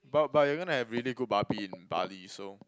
but but you're gonna have really good babi in Bali so